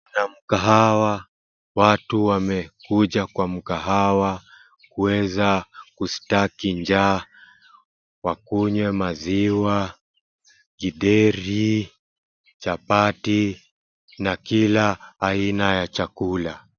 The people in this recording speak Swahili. Kuna mkahawa, watu wamekuja kwa mkahawa kuweza kushtaki njaa wakunywe maziwa, Githeri , chapati na kila aina ya chakula.